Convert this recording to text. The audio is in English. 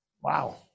Wow